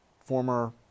former